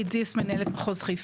מנהלת מחוז חיפה.